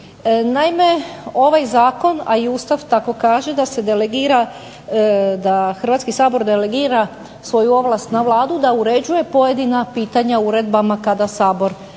Naime, ovaj Zakon, a i Ustav tako kaže da se delegira, da Hrvatski sabor delegira svoju ovlast na Vladu, da uređuje pojedina pitanja uredbama kada Sabor ne